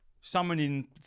summoning